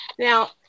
Now